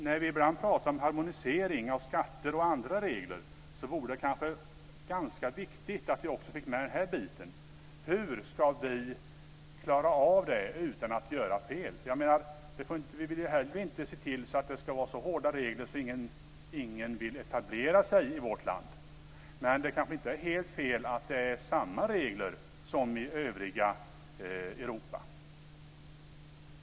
När vi ibland pratar om harmonisering av skatter och andra regler vore det ganska viktigt att vi också fick med den här biten. Hur ska vi klara av det utan att göra fel? Vi vill ju heller inte ha så hårda regler att ingen vill etablera sig i vårt land. Men det kanske inte är helt fel att ha samma regler som i övriga Europa.